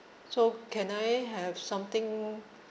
so can I have something